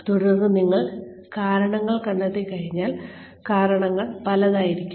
തുടർന്ന് നിങ്ങൾ കാരണങ്ങൾ കണ്ടെത്തിക്കഴിഞ്ഞാൽ കാരണങ്ങൾ പലതായിരിക്കാം